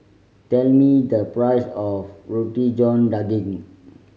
tell me the price of Roti John Daging